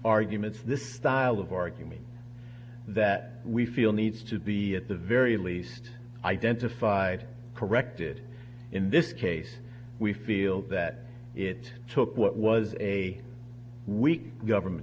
arguments the style of argument that we feel needs to be at the very least identified corrected in this case we feel that it took what was a weak government